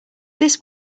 this